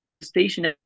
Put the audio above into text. station